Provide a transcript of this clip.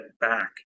back